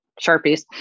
Sharpies